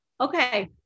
okay